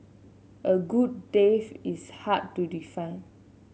a good death is hard to define